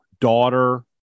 Daughter